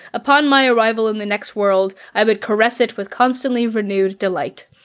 upon my arrival in the next world, i would caress it with constantly renewed delight.